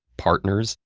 partners,